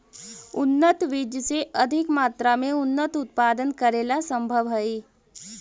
उन्नत बीज से अधिक मात्रा में अन्नन उत्पादन करेला सम्भव हइ